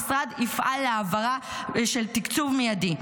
המשרד יפעל להעברה של תקצוב מיידי.